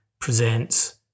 presents